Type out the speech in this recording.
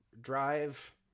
drive